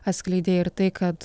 atskleidė ir tai kad